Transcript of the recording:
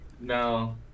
No